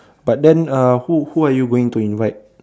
but then uh who who are you going to invite